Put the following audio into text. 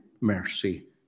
mercy